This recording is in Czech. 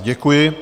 Děkuji.